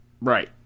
Right